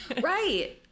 Right